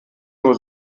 nur